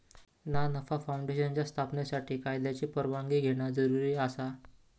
ना नफा फाऊंडेशनच्या स्थापनेसाठी कायद्याची परवानगी घेणा जरुरी आसा